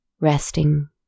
resting